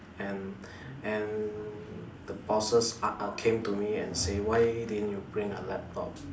and and the bosses uh came to me and say why didn't you bring a laptop